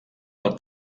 del